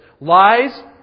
lies